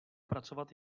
pracovat